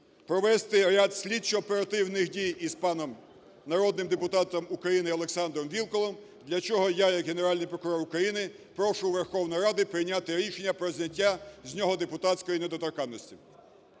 провести ряд слідчо-оперативних дій із паном народним депутатом України Олександром Вілкулом, для чого я як Генеральний прокурор України прошу Верховну Раду прийняти рішення про зняття з нього депутатської недоторканності.